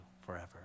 forever